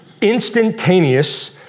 instantaneous